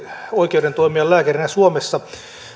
oikeuden toimia lääkärinä suomessa